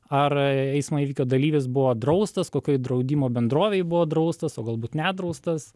ar eismo įvykio dalyvis buvo draustas kokioj draudimo bendrovėj buvo draustas o galbūt nedraustas